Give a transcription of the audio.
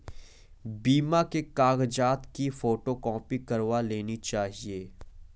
बीमा के कागजात की फोटोकॉपी करवा लेनी चाहिए